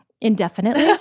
indefinitely